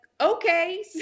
okay